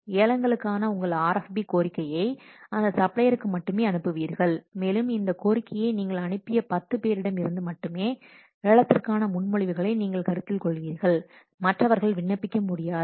ஏலங்களுக்கான உங்கள் RFP கோரிக்கையை அந்த சப்ளையர்களுக்கு மட்டுமே அனுப்புவீர்கள் மேலும் இந்த கோரிக்கையை நீங்கள் அனுப்பிய பத்து பேரிடம் இருந்து மட்டுமே ஏலத்திற்கான முன்மொழிவுகளை நீங்கள் கருத்தில் கொள்வீர்கள் மற்றவர்கள் விண்ணப்பிக்க முடியாது